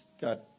got